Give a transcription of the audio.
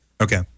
Okay